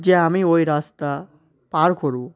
যে আমি ওই রাস্তা পার করি